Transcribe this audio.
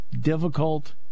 difficult